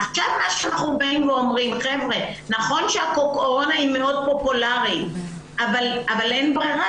עכשיו אנחנו אומרים שנכון שהקורונה מאוד פופולרית אבל אין ברירה,